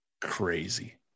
crazy